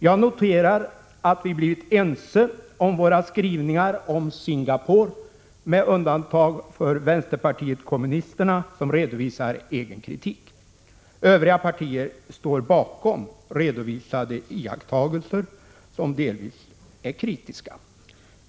Jag noterar att vi blivit ense om våra skrivningar om Singapore med undantag för vpk, som redovisar egen kritik. Övriga partier står bakom redovisade iakttagelser, som delvis är kritiska.